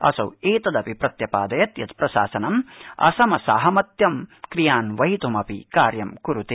असौ एतदपि प्रत्यपादयत् यत् प्रशासनं असम साहमत्यं क्रियान्वयितुं कार्यं कुरुते